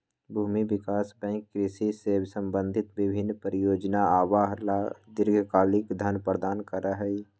भूमि विकास बैंक कृषि से संबंधित विभिन्न परियोजनअवन ला दीर्घकालिक धन प्रदान करा हई